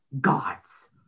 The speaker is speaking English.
gods